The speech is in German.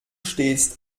stehst